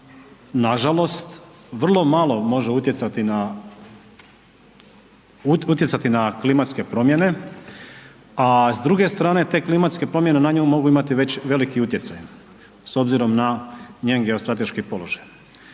nažalost vrlo malo može utjecati na klimatske promjene, a s druge strane te klimatske promjene na nju mogu imati već veliki utjecaj s obzirom na njen geostrateški položaj